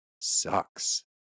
sucks